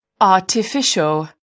artificial